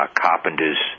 Carpenter's